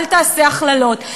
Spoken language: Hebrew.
אל תעשה הכללות.